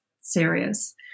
serious